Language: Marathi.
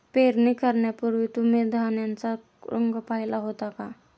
पेरणी करण्यापूर्वी तुम्ही धान्याचा रंग पाहीला होता का?